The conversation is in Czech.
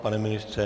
Pane ministře?